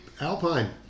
Alpine